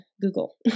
Google